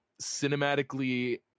cinematically